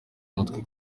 umutwe